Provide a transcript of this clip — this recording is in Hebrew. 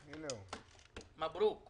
מברוק.